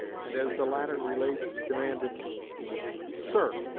and, as the latter relates, demanded sir,